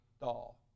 doll